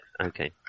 Okay